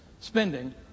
spending